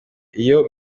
iyo